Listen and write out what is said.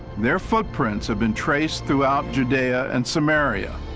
their footprints have been traced throughout judea and samaria,